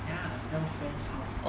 ya dell friend's house